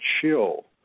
chill